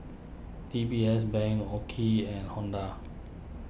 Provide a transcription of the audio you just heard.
D B S Bank Oki and Honda